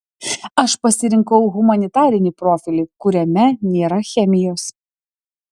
aš pasirinkau humanitarinį profilį kuriame nėra chemijos